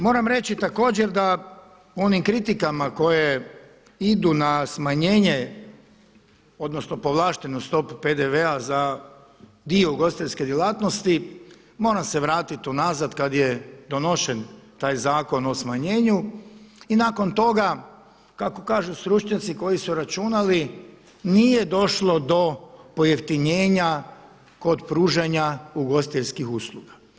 Moram reći također da onim kritikama koje idu na smanjenje odnosno povlaštenu stopu PDV-a za dio ugostiteljske djelatnosti, moram se vratiti unazad kada je donošen taj zakon o smanjenju i nakon toga kako kažu stručnjaci koji su računali, nije došlo do pojeftinjenja kod pružanja ugostiteljskih usluga.